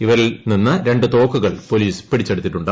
ഇവരിൽ നിന്നും രണ്ടു തോക്കുകൾ പോലീസ് പിടിച്ചെടുത്തിട്ടുണ്ട്